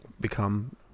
become